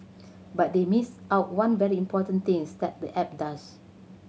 but they missed out one very important things that the app does